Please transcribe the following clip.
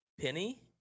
Penny